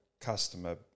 customer